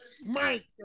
Mike